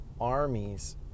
armies